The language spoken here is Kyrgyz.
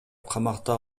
камакта